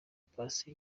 paccy